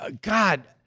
God